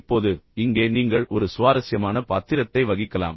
இப்போது இங்கே நீங்கள் ஒரு சுவாரஸ்யமான பாத்திரத்தை வகிக்கலாம்